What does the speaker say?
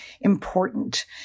important